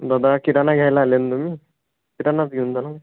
दादा किराणा घ्यायला आले ना तुम्ही किराणाच घेऊन जा ना मग